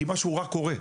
כי משהו רע קורה.